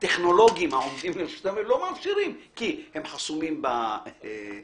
הטכנולוגיים העומדים לרשותם לא מאפשרים כי הם חסומים בחשבון